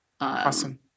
Awesome